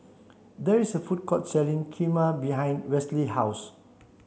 there is a food court selling Kheema behind Westley's house